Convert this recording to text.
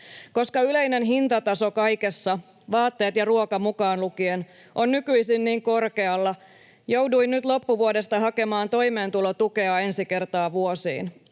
Koska yleinen hintataso kaikessa, vaatteet ja ruoka mukaan lukien, on nykyisin niin korkealla, jouduin nyt loppuvuodesta hakemaan toimeentulotukea ensi kertaa vuosiin.